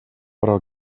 però